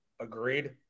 Agreed